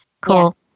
Cool